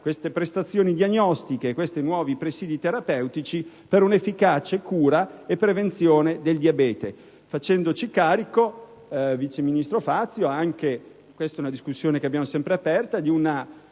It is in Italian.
queste prestazioni diagnostiche e questi presidi terapeutici per un'efficace cura e prevenzione del diabete, facendoci carico, vice ministro Fazio - e anche questa è una discussione che abbiamo sempre aperta - di una